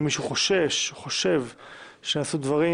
אם מישהו חושש או חושב שנעשו דברים,